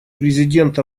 президент